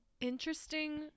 interesting